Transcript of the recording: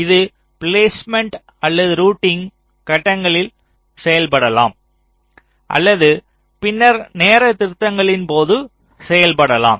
இது பிலேஸ்மேன்ட் அல்லது ரூட்டிங் கட்டங்களில் செய்யப்படலாம் அல்லது பின்னர் நேர திருத்தங்களின் போது செய்யப்படலாம்